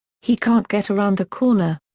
he can't get around the corner.